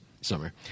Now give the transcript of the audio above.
summer